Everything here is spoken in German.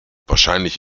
wahrscheinlich